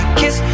kiss